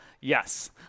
yes